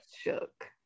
shook